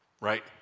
right